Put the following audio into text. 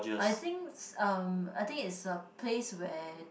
I think um I think it's a place where